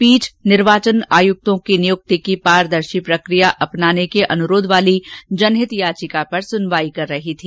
पीठ निर्वाचन आयुक्तों की नियुक्ति की पारदर्शी प्रक्रिया अपनाने के अनुरोध वाली जनहित याचिका पर सुनवाई कर रही थी